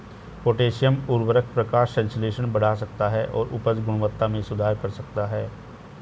potassium उवर्रक प्रकाश संश्लेषण बढ़ा सकता है और उपज गुणवत्ता में सुधार कर सकता है